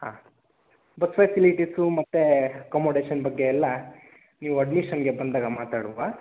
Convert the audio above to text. ಹಾಂ bus facilities ಮತ್ತು accommodation ಬಗ್ಗೆ ಎಲ್ಲ ನೀವು ಅಡ್ಮಿಷನ್ನಿಗೆ ಬಂದಾಗ ಮಾತಾಡುವ